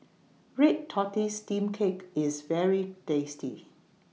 Red Tortoise Steamed Cake IS very tasty